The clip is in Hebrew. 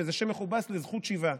שזה שם מכובס לזכות שיבה,